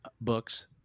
books